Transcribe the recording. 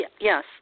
yes